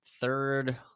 third